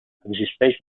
existeix